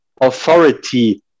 authority